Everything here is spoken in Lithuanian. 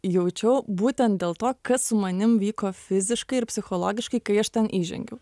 jaučiau būtent dėl to kas su manim vyko fiziškai ir psichologiškai kai aš ten įžengiau